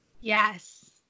Yes